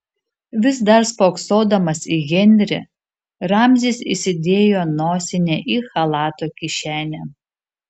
vis dar spoksodamas į henrį ramzis įsidėjo nosinę į chalato kišenę